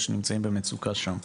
או שנמצאים במצוקה שם.